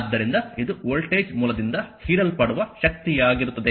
ಆದ್ದರಿಂದ ಇದು ವೋಲ್ಟೇಜ್ ಮೂಲದಿಂದ ಹೀರಲ್ಪಡುವ ಶಕ್ತಿಯಾಗಿರುತ್ತದೆ